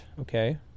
Okay